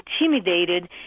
intimidated